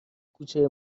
کوچه